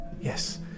Yes